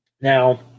Now